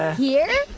ah here